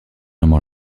jambes